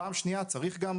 פעם שנייה: צריך גם